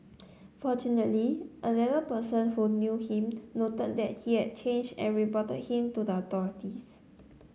fortunately another person who knew him noted that he had changed and reported him to the authorities